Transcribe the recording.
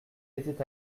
était